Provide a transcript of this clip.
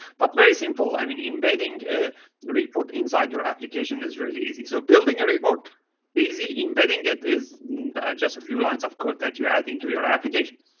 but very simple. i mean embedding report inside your application is really easy, so building a report easy embedding it is just a few lines of code that you add into your application.